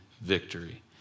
victory